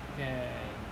we can